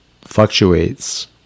fluctuates